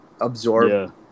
absorb